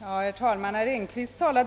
Herr talman! Herr Engkvist sade